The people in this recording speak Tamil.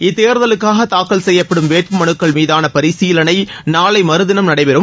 இத்தேர்தலுக்காக தாக்கல் செய்யப்படும் வேட்பு மனுக்கள் மீதான பரிசீலனை நாளை மறுதினம் நடைபெறும்